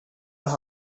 las